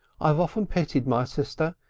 i've often pitied my sister.